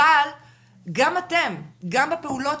אבל גם אתם, גם בפעולות